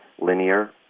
linear